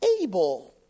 able